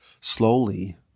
slowly